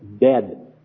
dead